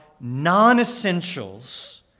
non-essentials